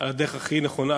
הדרך הכי נכונה,